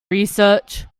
research